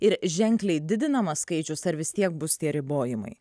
ir ženkliai didinamas skaičius ar vis tiek bus tie ribojimai